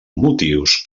motius